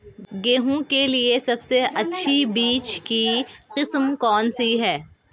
गेहूँ के लिए सबसे अच्छी बीज की किस्म कौनसी है?